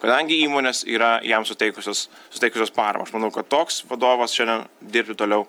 kadangi įmonės yra jam suteikusios suteikusios paramą aš manau kad toks vadovas šiandien dirbti toliau